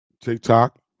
tiktok